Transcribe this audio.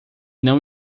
não